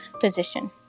physician